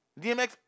DMX